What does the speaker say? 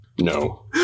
No